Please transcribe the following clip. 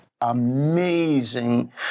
amazing